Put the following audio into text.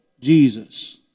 Jesus